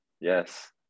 Yes